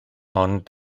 ond